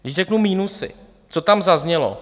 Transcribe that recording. Když řeknu minusy, co tam zaznělo?